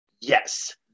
yes